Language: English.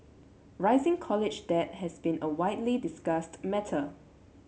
rising college debt has been a widely discussed matter